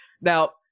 now